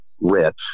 rich